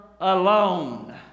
alone